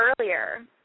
earlier